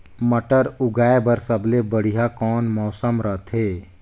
मटर उगाय बर सबले बढ़िया कौन मौसम रथे?